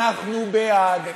אנחנו בעד,